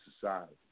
society